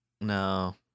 No